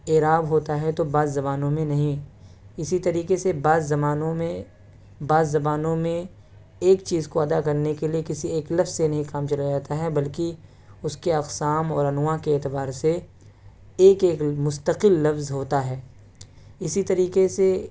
اعراب ہوتا ہے تو بعض زبانوں میں ںہیں اسی طریقے سے بعض زمانوں میں بعض زبانوں میں ایک چیز کو ادا کرنے کے لیے کسی ایک لفظ سے نہیں کام چلایا جاتا ہے بلکہ اس کے اقسام اور انواع کے اعتبار سے ایک ایک مستقل لفظ ہوتا ہے اسی طریقے سے